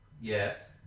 Yes